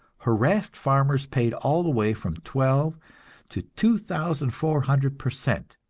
harassed farmers paid all the way from twelve to two thousand four hundred per cent,